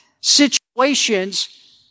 situations